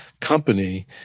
company